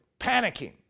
Panicking